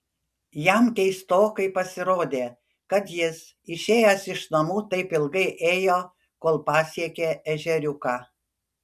jam keistokai pasirodė kad jis išėjęs iš namų taip ilgai ėjo kol pasiekė ežeriuką